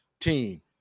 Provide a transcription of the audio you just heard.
team